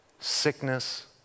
sickness